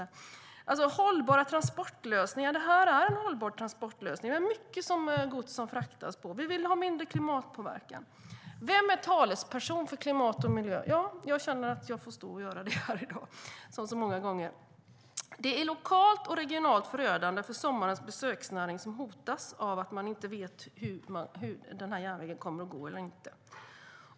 Det är lokalt och regionalt förödande för sommarens besöksnäring som hotas av att man inte vet om järnvägen kommer att fungera eller inte. Det talas om hållbara transportlösningar. Det här är en hållbar transportlösning. Det är mycket gods som fraktas på den. Vi vill ha mindre klimatpåverkan. Vem är talesperson för klimat och miljö? Jag får vara det här i dag, som så många gånger förr.